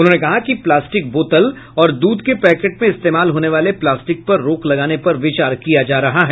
उन्होंने कहा कि प्लास्टिक बोतल और दूध के पैकेट में इस्तेमाल होने वाले प्लास्टिक पर रोक लगाने पर विचार किया जा रहा है